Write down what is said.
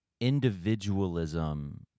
individualism